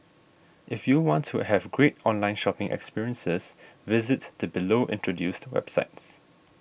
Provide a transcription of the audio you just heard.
if you want to have great online shopping experiences visit the below introduced websites